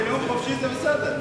אם זה נאום חופשי, זה בסדר.